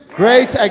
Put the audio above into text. great